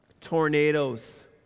tornadoes